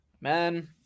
man